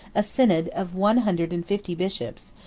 a synod of one hundred and fifty bishops,